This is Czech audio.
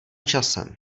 časem